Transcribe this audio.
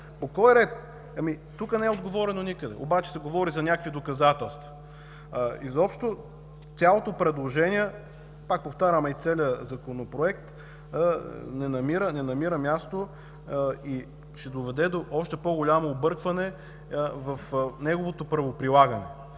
По кой ред? Ами, тук не е отговорено никъде, обаче се говори за някакви доказателства? Изобщо, цялото предложение, пак повтарям, и целият Законопроект не намира място и ще доведе до още по-голямо объркване в неговото правоприлагане.